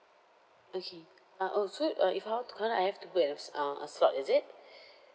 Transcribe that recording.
okay uh oh so uh if I want to come down I have to book at s~ uh a slot is it